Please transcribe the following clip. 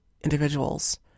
individuals